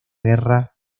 guerra